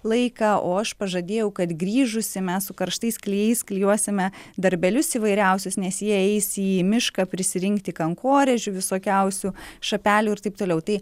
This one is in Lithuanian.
laiką o aš pažadėjau kad grįžusi mes su karštais klijais klijuosime darbelius įvairiausius nes jie eis į mišką prisirinkti kankorėžių visokiausių šapelių ir taip toliau tai